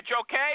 okay